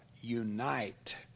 unite